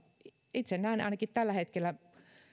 itse näen ainakin tällä hetkellä